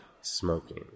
smoking